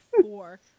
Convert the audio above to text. four